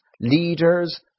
leaders